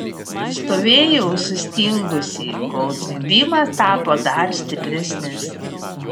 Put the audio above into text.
stovėjau sustingusi kol zvimbimas tapo dar stipresnis